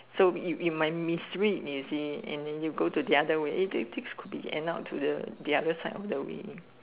so you might miss read you see and than you go to the other way than things could be end up to the other side of the way